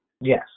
Yes